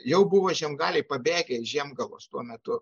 jau buvo žiemgaliai pabėgę iš žiemgalos tuo metu